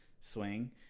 swing